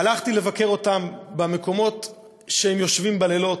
הלכתי לבקר אותם במקומות שהם יושבים בלילות,